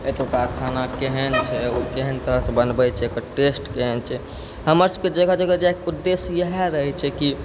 एतुका खाना केहन छै उ केहन तरहसँ बनबै छै ओकर टेस्ट केहन छै हमर सबके जगह जगह जाइके उद्येश्य इएह रहै छै कि